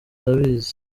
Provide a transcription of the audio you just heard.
arabizi